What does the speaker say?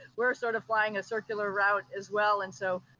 we're sort of flying a circular route as well, and so